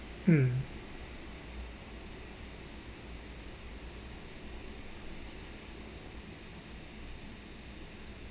mm